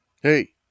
Hey